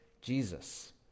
Jesus